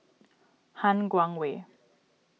Han Guangwei